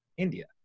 india